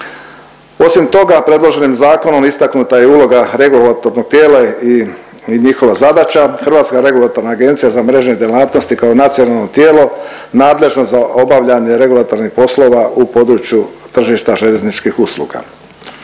Osim toga predloženim zakonom istaknuta je uloga regulatornog tijela i njihova zadaća. Hrvatska regulatorna agencija za mrežne djelatnosti kao nacionalno tijelo nadležno za obavljanje regulatornih poslova u području tržišta željezničkih usluga.